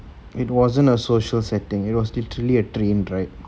it wasn't a social setting it was literally a dream right